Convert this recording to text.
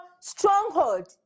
stronghold